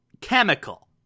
chemical